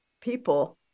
people